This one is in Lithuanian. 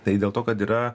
tai dėl to kad yra